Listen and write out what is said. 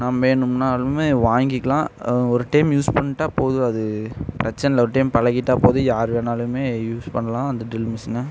நான் வேணுமின்னாலுமே வாங்கிக்கலாம் ஒரு டைம் யூஸ் பண்ணிட்டால் போதும் அது பிரச்சனைல்ல ஒரு டைம் பழகிட்டால் போதும் யார் வேணாலுமே யூஸ் பண்ணலாம் அந்த ட்ரில் மிஷினை